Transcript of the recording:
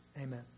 Amen